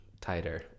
tighter